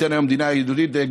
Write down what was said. שניתן למדינה ידידותית,